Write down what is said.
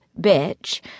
Bitch